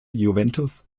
juventus